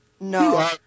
no